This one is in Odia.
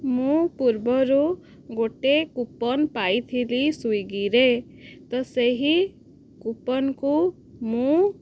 ମୁଁ ପୂର୍ବରୁ ଗୋଟେ କୁପନ ପାଇଥିଲି ସ୍ଵିଗିରେ ତ ସେହି କୁପନକୁ ମୁଁ